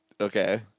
Okay